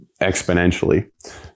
exponentially